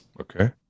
Okay